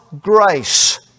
grace